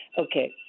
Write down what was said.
okay